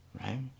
right